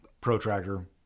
protractor